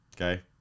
Okay